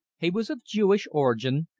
he was of jewish origin,